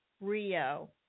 Rio